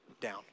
Down